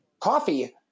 coffee